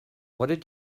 what